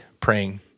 praying